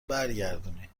برگردونی